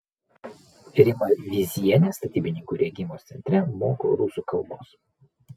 rima vyzienė statybininkų rengimo centre moko rusų kalbos